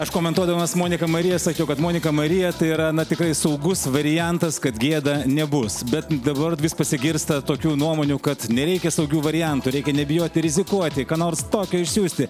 aš komentuodamas monika marija sakiau kad monika marija tai yra tikrai saugus variantas kad gėda nebus bet dabar vis pasigirsta tokių nuomonių kad nereikia saugių variantų reikia nebijoti rizikuoti ką nors tokio išsiųsti